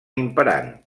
imperant